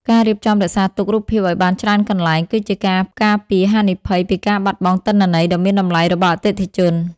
ការរៀបចំរក្សាទុក រូបភាពឱ្យបានច្រើនកន្លែង គឺជាការការពារហានិភ័យពីការបាត់បង់ទិន្នន័យដ៏មានតម្លៃរបស់អតិថិជន។